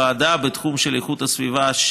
ועדה בתחום איכות הסביבה,